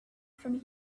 from